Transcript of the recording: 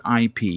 IP